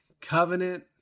covenant